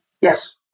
Yes